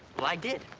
well i did.